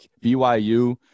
BYU